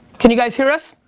can you guys hear us?